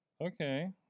Okay